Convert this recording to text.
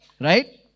Right